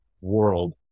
world